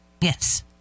Yes